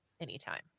Anytime